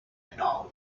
know